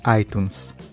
iTunes